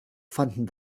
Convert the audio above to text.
fanden